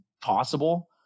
possible